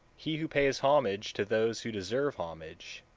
he who pays homage to those who deserve homage,